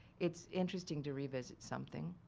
it's interesting to revisit something.